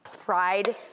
pride